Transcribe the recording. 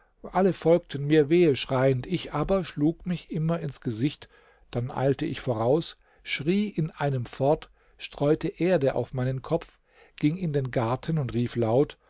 alle folgten mir weheschreiend ich aber schlug mich immer ins gesicht dann eilte ich voraus schrie in einem fort streute erde auf meinen kopf ging in den garten und rief laut